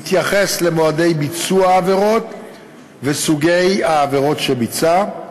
יתייחס למועדי ביצוע העבירות וסוגי העבירות שביצע,